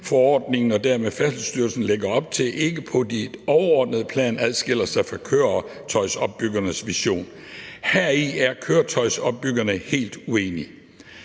forordningen (og dermed Færdselsstyrelsen) lægger op til, ikke på det overordnede plan adskiller sig fra Køretøjsopbyggernes vision. Heri er Køretøjsopbyggerne helt uenige